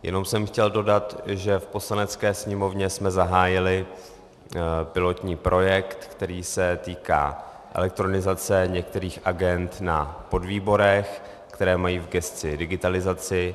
Jenom jsem chtěl dodat, že v Poslanecké sněmovně jsme zahájili pilotní projekt, který se týká elektronizace některých agend, na podvýborech, které mají v gesci digitalizaci.